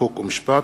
חוק ומשפט.